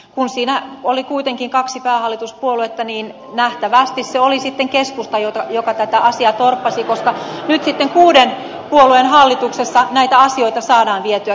kun siinä oli kuitenkin kaksi päähallituspuoluetta niin nähtävästi se oli sitten keskusta joka tätä asiaa torppasi koska nyt sitten kuuden puolueen hallituksessa näitä asioita saadaan vietyä kyllä eteenpäin